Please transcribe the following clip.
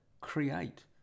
create